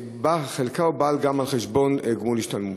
חלקן בא גם על חשבון גמול השתלמות.